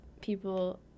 people